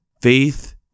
Faith